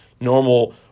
normal